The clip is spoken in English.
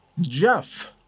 Jeff